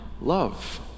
love